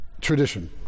tradition